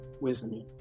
wisdom